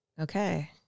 Okay